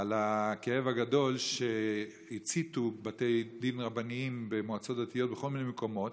על הכאב הגדול שהציתו בתי דין רבניים במועצות דתיות בכל מיני מקומות,